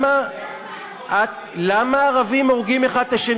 בגלל שערבים הורגים ערבים,